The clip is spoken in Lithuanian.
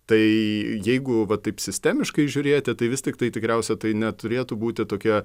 tai jeigu va taip sistemiškai žiūrėti tai vis tiktai tikriausia tai neturėtų būti tokia